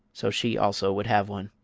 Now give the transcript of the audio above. so she also would have one.